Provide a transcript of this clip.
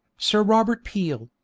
sir robert peel,